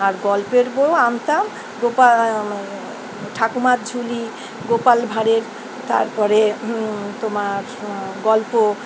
আর গল্পের বইও আনতাম গোপা ঠাকুমার ঝুলি গোপাল ভাঁড়ের তারপরে তোমার গল্প